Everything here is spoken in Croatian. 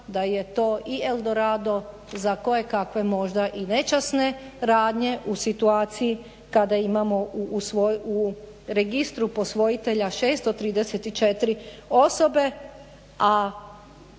da je to i EL Dorado za kojekakve možda nečasne radnje u situaciju kada imamo u registru posvojitelja 634 osobe,